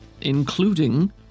including